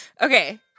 okay